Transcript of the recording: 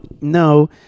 no